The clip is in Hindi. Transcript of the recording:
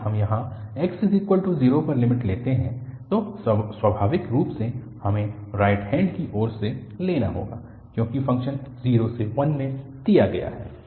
यदि हम यहाँ x0 पर लिमिट लेते हैं तो स्वाभाविक रूप से हमें राइट हैन्ड की ओर से लेना होगा क्योंकि फ़ंक्शन 0 और 1 में दिया गया है